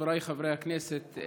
חבריי חברי הכנסת,